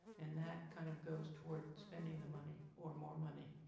and that kind of goes toward spending the money, or more money.